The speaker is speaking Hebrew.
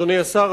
אדוני השר,